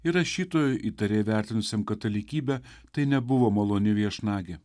ir rašytojui įtariai vertinusiam katalikybę tai nebuvo maloni viešnagė